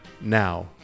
now